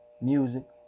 music